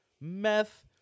meth